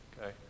okay